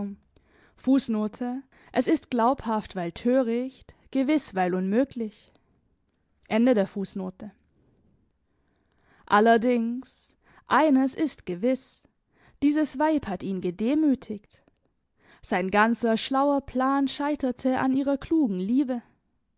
es ist glaubhaft weil töricht gewiß weil unmöglich allerdings eines ist gewiß dieses weib hat ihn gedemütigt sein ganzer schlauer plan scheiterte an ihrer klugen liebe